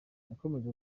yakomeje